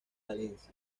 valencia